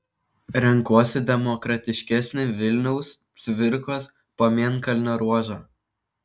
renkuosi demokratiškesnį vilniaus cvirkos pamėnkalnio ruožą